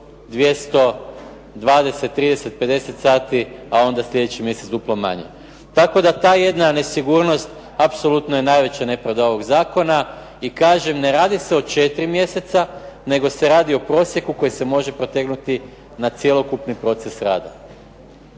raditi po 200, 20, 30, 50 sati, a onda slijedeći mjesec duplo manje. Tako da ta jedna nesigurnost apsolutno je najveća nepravda ovog zakona. I kažem ne radi se o 4 mjeseca, nego se radi o prosjeku koji se može protegnuti na cjelokupni proces rada.